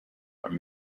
are